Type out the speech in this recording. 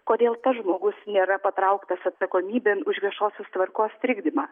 kodėl tas žmogus nėra patrauktas atsakomybėn už viešosios tvarkos trikdymą